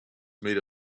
made